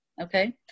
Okay